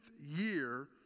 year